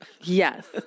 Yes